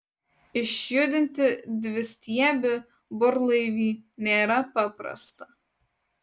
išjudinti dvistiebį burlaivį nėra paprasta